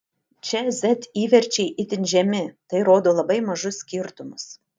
čia z įverčiai itin žemi tai rodo labai mažus skirtumus